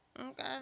Okay